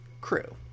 crew